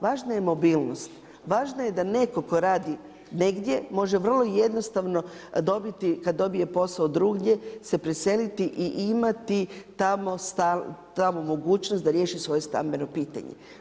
Važna je mobilnost, važno je da netko tko radi negdje može vrlo jednostavno dobiti kad dobije posao drugdje se preseliti i imati tamo mogućnost da riješi svoje stambeno pitanje.